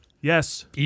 Yes